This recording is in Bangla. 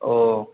ও